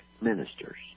ministers